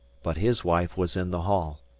but his wife was in the hall.